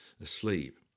asleep